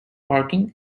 parking